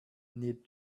need